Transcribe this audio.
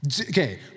Okay